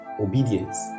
obedience